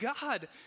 God